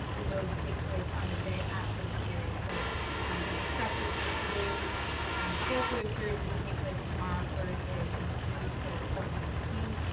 and those take place on the day after the series. so and the discussion for today's colloquium series will take place tomorrow, thursday, from three zero to four fifteen.